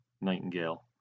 Nightingale